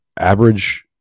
average